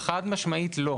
חד משמעית לא.